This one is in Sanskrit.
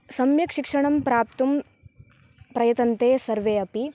सम्यक् शिक्षणं प्राप्तुं प्रयतन्ते सर्वे अपि